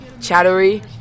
chattery